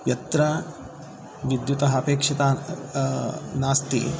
यत्र विद्युतः अपेक्षिता नास्ति